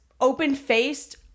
open-faced